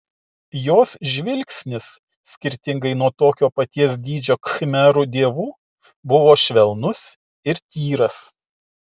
jos žvilgsnis skirtingai nuo tokio paties dydžio khmerų dievų buvo švelnus ir tyras